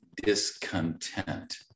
Discontent